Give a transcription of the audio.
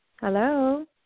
Hello